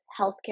healthcare